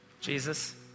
Jesus